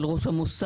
של ראש המוסד,